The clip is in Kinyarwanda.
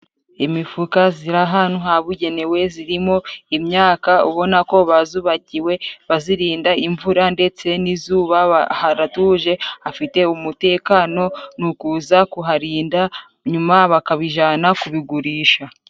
Imifuka ziri ahantu habugenewe, zirimo imyaka ubona ko bazubakiye, bazirinda imvura ndetse n'izuba, haratuje hafite umutekano, ni ukuza kuharinda nyuma bakabijana kubigurisha.